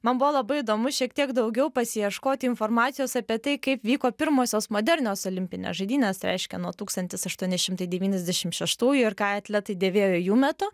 man buvo labai įdomu šiek tiek daugiau pasiieškoti informacijos apie tai kaip vyko pirmosios modernios olimpinės žaidynės reiškia nuo tūkstantis aštuoni šimtai devyniasdešim šeštųjų ir ką atletai dėvėjo jų metu